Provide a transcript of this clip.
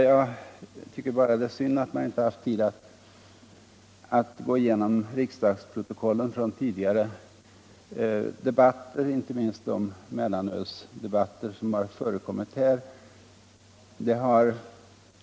Jag tycker bara det är synd att vi inte här har tillfälle citera riksdagsprotokollen från tidigare debatter, inte minst de mellanölsdebatter som förekommit här.